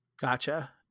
gotcha